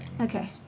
Okay